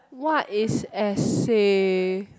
what is essay